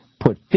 put